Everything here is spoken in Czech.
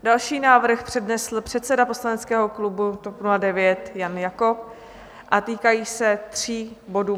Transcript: Další návrh přednesl předseda poslaneckého klubu TOP 09 Jan Jakob a týkají se tří bodů.